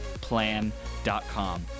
Plan.com